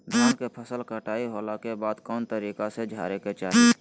धान के फसल कटाई होला के बाद कौन तरीका से झारे के चाहि?